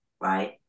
right